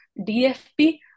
DFP